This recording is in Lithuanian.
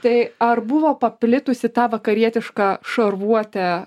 tai ar buvo paplitusi ta vakarietiška šarvuotė